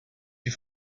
die